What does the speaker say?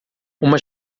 uma